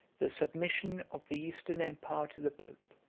the submission of the eastern empire to the pope,